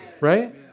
Right